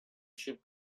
ship